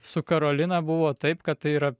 su karolina buvo taip kad tai yra